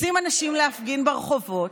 יוצאים אנשים להפגין ברחובות,